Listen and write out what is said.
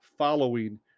following